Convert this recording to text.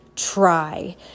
try